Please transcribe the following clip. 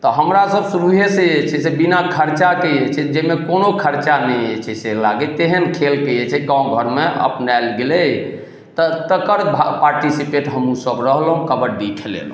तऽ हमरा सब शुरूए से जे छै से बिना खर्चाके जे छै जइमे कोनो खर्चा नहि जाइ छै से लागय तेहन खेलके जे छै गाँव घरमे अपनाओल गेलय तकर पार्टिसिपेट हमहूँ सब रहलहुँ कबड्डी खेललहुँ